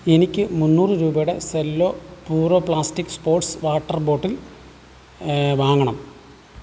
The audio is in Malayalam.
എനിക്ക് മുന്നൂറ് രൂപയുടെ Cello puro plastic sports water bottle വാങ്ങണം